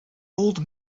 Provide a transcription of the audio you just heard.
old